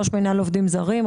ראש מנהל עובדים זרים,